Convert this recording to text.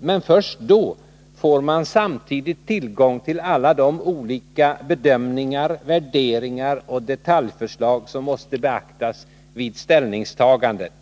men först då, får man samtidigt tillgång till alla de olika bedömningar, värderingar och detaljförslag som måste beaktas vid ställningstagandet.